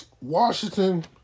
Washington